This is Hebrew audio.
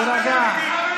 תתביישי לך.